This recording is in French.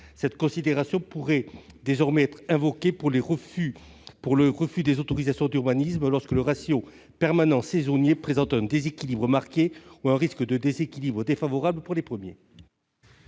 Cette considération pourrait désormais être invoquée dans le refus d'autorisation d'urbanisme lorsque le ratio des permanents par rapport aux saisonniers présente un déséquilibre marqué ou un risque de déséquilibre défavorable aux premiers.